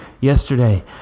Yesterday